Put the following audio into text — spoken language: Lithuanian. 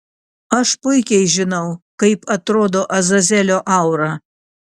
aš puikiai žinau kaip atrodo azazelio aura